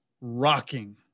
rocking